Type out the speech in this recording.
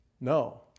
No